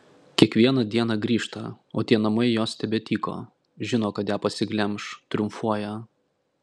kiekvieną dieną grįžta o tie namai jos tebetyko žino kad ją pasiglemš triumfuoja